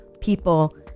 people